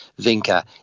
vinca